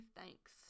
thanks